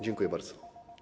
Dziękuję bardzo.